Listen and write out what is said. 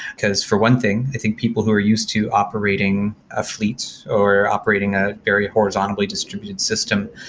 because for one thing, i think people who are used to operating a fleet or operating a very horizontally distributed system,